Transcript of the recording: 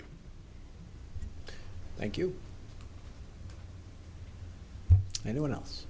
you thank you anyone else